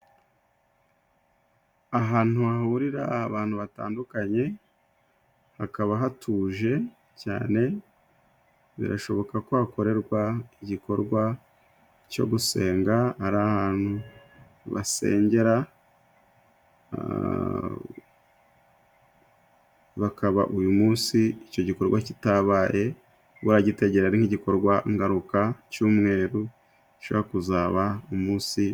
Ahantu hahurira abantu batandukanye hakaba hatuje cyane, birashoboka ko hakorerwa igikorwa cyo gusenga, ari ahantu basengera bakaba uyu munsi icyo gikorwa kitabaye, uragitegera nk'igikorwa ngaruka Cyumweru co kuzaba umunsi.